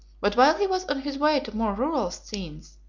but while he was on his way to more rural scenes,